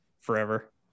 forever